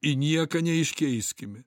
į nieką neiškeiskime